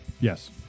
yes